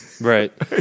Right